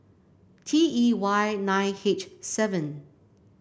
T E Y nine H seven